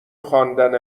خواندن